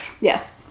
Yes